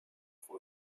for